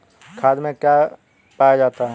खाद में क्या पाया जाता है?